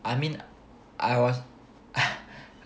I mean I was ah